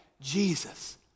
Jesus